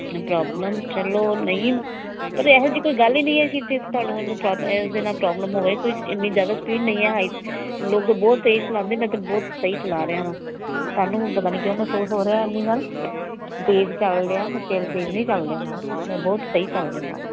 problem ਚਲੋ ਨਹੀਂ ਪਰ ਇਹੋ ਜਿਹੀ ਕੋਈ ਗੱਲ ਹੀ ਨਹੀਂ ਕੀਤੀ ਤੁਹਾਨੂੰ ਮੈਨੂੰ ਇਸ ਦੇ ਨਾਲ ਪ੍ਰੋਬਲਮ ਹੋਵੇ ਕੋਈ ਇੰਨੀ ਜ਼ਿਆਦਾ ਸਪੀਡ ਨਹੀਂ ਹੈ ਹਾਈ ਲੋਕ ਤਾਂ ਬਹੁਤ ਤੇਜ਼ ਚਲਾਉਂਦੇ ਮੈਂ ਤਾਂ ਬਹੁਤ ਸਹੀ ਚਲਾ ਰਿਹਾ ਹਾਂ ਤੁਹਾਨੂੰ ਪਤਾ ਨਹੀਂ ਕਿਉਂ ਮਹਿਸੂਸ ਹੋ ਰਿਹਾ ਇੰਨੀ ਗੱਲ ਤੇਜ਼ ਚੱਲਦੇ ਆ ਮੈਂ ਜ਼ਿਆਦਾ ਤੇਜ਼ ਨਹੀਂ ਚੱਲ ਰਿਹਾ ਮੈਮ ਮੈਂ ਬਹੁਤ ਸਹੀ ਚੱਲ ਰਿਹਾ ਹਾਂ